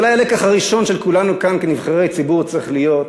ואולי הלקח הראשון של כולנו כאן כנבחרי ציבור צריך להיות,